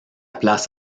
place